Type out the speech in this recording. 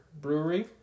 Brewery